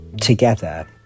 together